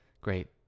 great